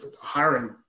hiring